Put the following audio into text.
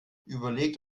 überlegt